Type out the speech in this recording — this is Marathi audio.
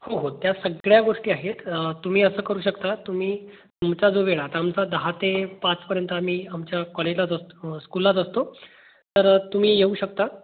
हो हो त्या सगळ्या गोष्टी आहेत तुम्ही असं करू शकता तुम्ही तुमचा जो वेळ आता आमचा दहा ते पाचपर्यंत आम्ही आमच्या कॉलेजात असतो स्कूलात असतो तर तुम्ही येऊ शकता